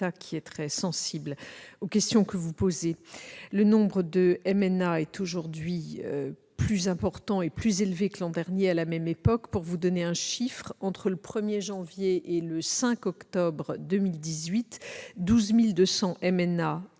qui est très sensible aux problèmes que vous soulevez. Le nombre de MNA est aujourd'hui plus important et plus élevé que l'an dernier à la même époque. Pour vous donner quelques chiffres, entre le 1 janvier et le 5 octobre 2018, 12 200 MNA ont